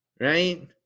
right